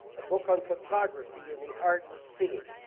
a book on photography and the art of seeing.